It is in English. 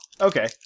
Okay